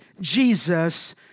Jesus